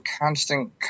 Constant